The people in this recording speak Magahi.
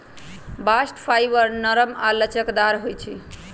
बास्ट फाइबर नरम आऽ लचकदार होइ छइ